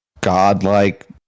godlike